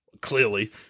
clearly